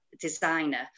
designer